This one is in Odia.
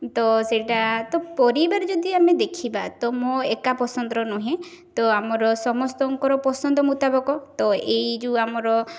ତ ସେଇଟା ତ ପରିବାର ଯଦି ଆମେ ଦେଖିବା ତ ମୋ ଏକା ପସନ୍ଦର ନୁହେଁ ତ ଆମର ସମସ୍ତଙ୍କର ପସନ୍ଦ ମୁତାବକ ତ ଏଇ ଯେଉଁ ଆମର